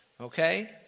Okay